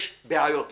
יש בעיות.